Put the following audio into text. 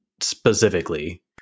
specifically